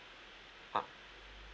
ah